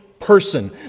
Person